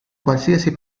qualsiasi